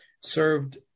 served